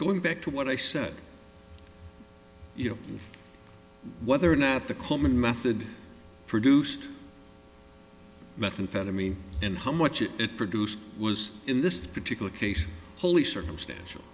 going back to what i said you know whether or not the common method produced methamphetamine and how much it it produced was in this particular case wholly circumstantial